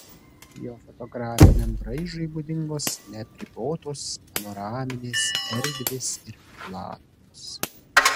jo fotografiniam braižui būdingos neapribotos panoraminės erdvės ir platumos